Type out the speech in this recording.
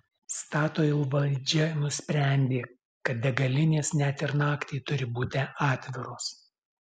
statoil valdžia nusprendė kad degalinės net ir naktį turi būti atviros